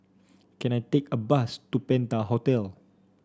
can I take a bus to Penta Hotel